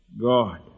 God